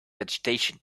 vegetation